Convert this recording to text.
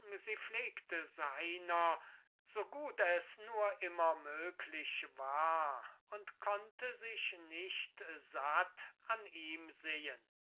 sie pflegte seiner so gut es nur immer möglich war und konnte sich nicht satt an ihm sehen